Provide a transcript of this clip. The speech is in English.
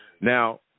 Now